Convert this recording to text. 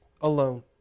alone